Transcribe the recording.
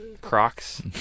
Crocs